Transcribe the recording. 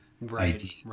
right